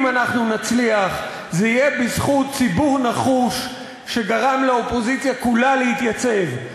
אם אנחנו נצליח זה יהיה בזכות ציבור נחוש שגרם לאופוזיציה כולה להתייצב.